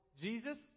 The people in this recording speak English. Jesus